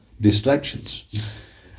distractions